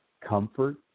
comfort